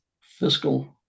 fiscal